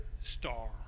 star